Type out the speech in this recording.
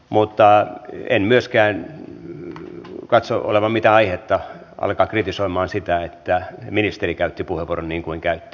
mutta en myöskään katso olevan mitään aihetta alkaa kritisoimaan sitä että ministeri käytti puheenvuoron niin kuin käytti